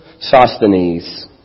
Sosthenes